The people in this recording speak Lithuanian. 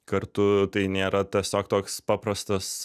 kartu tai nėra tiesiog toks paprastas